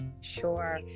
Sure